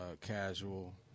casual